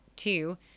Two